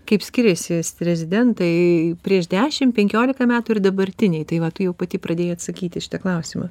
kaip skiriasi rezidentai prieš dešim penkiolika metų ir dabartiniai tai va tu jau pati pradėjai atsakyti į šitą klausimą